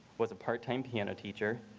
was a part time piano teacher,